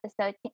episode